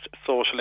social